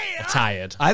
Tired